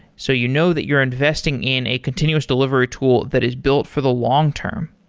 so you know that you're investing in a continuous delivery tool that is built for the long-term.